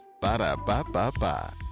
Ba-da-ba-ba-ba